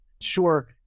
Sure